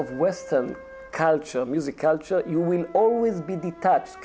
western culture music culture you will always be detached